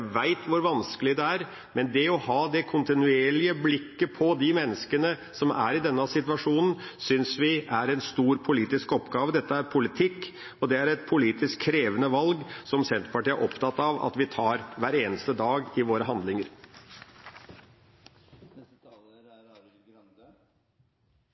hvor vanskelig det er, men det å ha det kontinuerlige blikket på de menneskene som er i denne situasjonen, synes vi er en stor politisk oppgave. Dette er politikk, og det er et politisk krevende valg som Senterpartiet er opptatt av at vi tar hver eneste dag i våre handlinger.